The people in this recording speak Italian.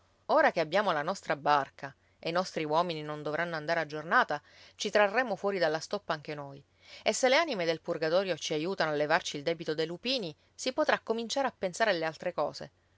ora che abbiamo la nostra barca e i nostri uomini non dovranno andare a giornata ci trarremo fuori dalla stoppa anche noi e se le anime del purgatorio ci aiutano a levarci il debito dei lupini si potrà cominciare a pensare alle altre cose